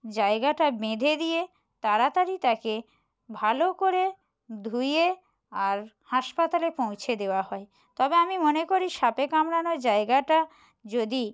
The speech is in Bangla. জায়গাটা বেঁধে দিয়ে তাড়াতাড়ি তাকে ভালো করে ধুয়ে আর হাসপাতালে পৌঁছে দেওয়া হয় তবে আমি মনে করি সাপে কামড়ানো জায়গাটা যদি